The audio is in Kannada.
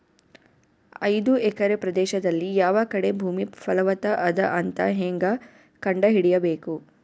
ಐದು ಎಕರೆ ಪ್ರದೇಶದಲ್ಲಿ ಯಾವ ಕಡೆ ಭೂಮಿ ಫಲವತ ಅದ ಅಂತ ಹೇಂಗ ಕಂಡ ಹಿಡಿಯಬೇಕು?